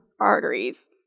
arteries